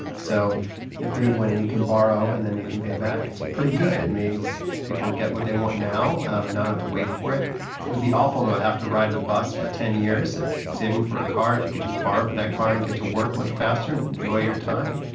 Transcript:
so in a period when you can borrow and then you can pay back, it's pretty good, it means people get what they want now, and not have to wait for it. it would be awful to ah have to ride a bus for ten years if saving for a car that you could just borrow for that car and get to work much faster and enjoy your time.